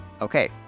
Okay